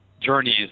journeys